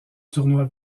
tournoi